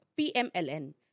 PMLN